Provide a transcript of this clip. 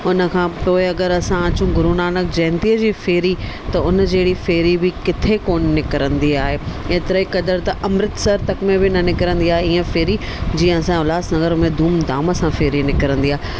हुन खां पोई अॻरि असां अचूं गुरू नानक जयंतीअ जी फेरी त उन जहिड़ी फेरी बि किथे कोन निकिरंदी आहे एतिरे क़दुरु त अमृतसर तक में बि न निकिरंदी ईअं फेरी जीअं असांजे उल्हासनगर में धूम धाम सां फेरी निकिरंदी आहे